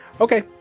Okay